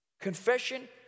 Confession